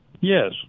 Yes